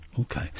okay